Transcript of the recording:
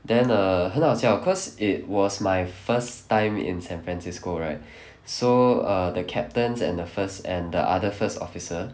then err 很好笑 because it was my first time in san francisco right so uh the captains and the first and the other first officer